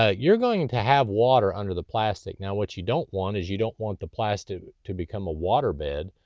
ah you're going to have water under the plastic. now what you don't want is, you don't want the plastic to become a waterbed.